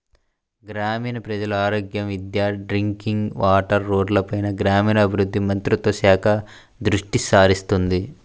గ్రామీణ ప్రజల ఆరోగ్యం, విద్య, డ్రింకింగ్ వాటర్, రోడ్లపైన గ్రామీణాభివృద్ధి మంత్రిత్వ శాఖ దృష్టిసారిస్తుంది